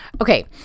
Okay